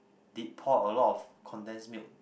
did pour a lot of condensed milk